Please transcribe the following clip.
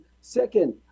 Second